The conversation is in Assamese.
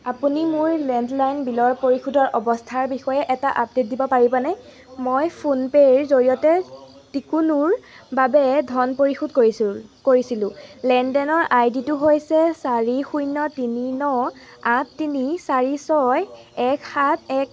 আপুনি মোৰ লেণ্ডলাইন বিলৰ পৰিশোধৰ অৱস্থাৰ বিষয়ে এটা আপডে'ট দিব পাৰিবনে মই ফোনপে'ৰ জৰিয়তে টিকোনোৰ বাবে ধন পৰিশোধ কৰিছিল কৰিছিলো লেনদেনৰ আইডি টো হৈছে চাৰি শূন্য তিনি ন আঠ তিনি চাৰি ছয় এক সাত এক